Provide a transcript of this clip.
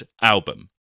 album